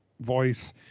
voice